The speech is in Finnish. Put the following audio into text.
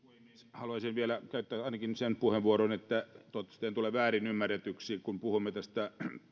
haluaisin vielä käyttää ainakin sen puheenvuoron että toivottavasti en tule väärinymmärretyksi kun puhumme tästä